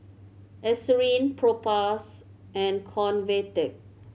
Eucerin Propass and Convatec